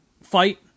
fight